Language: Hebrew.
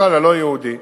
ובכלל הלא-יהודי,